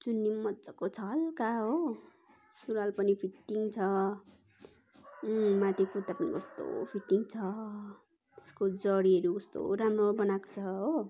चुन्नी मजाको छ हल्का हो सुरुवाल पनि फिटिङ छ माथिको कुर्ता पनि कस्तो फिटिङ छ त्यसको जडीहरू कस्तो राम्रो बनाएको छ हो